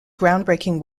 groundbreaking